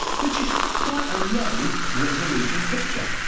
which is quite a low resolution picture.